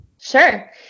Sure